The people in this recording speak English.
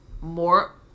more